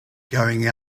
going